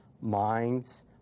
minds